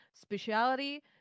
speciality